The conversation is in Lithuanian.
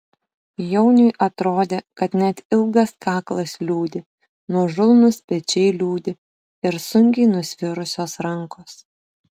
jauniui atrodė kad net ilgas kaklas liūdi nuožulnūs pečiai liūdi ir sunkiai nusvirusios rankos